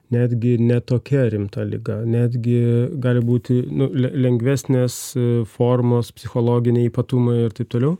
netgi ne tokia rimta liga netgi gali būti le lengvesnės formos psichologiniai ypatumai ir taip toliau